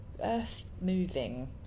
earth-moving